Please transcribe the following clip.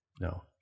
No